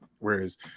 Whereas